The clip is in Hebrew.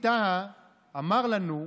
אתה רומס אותי